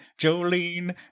Jolene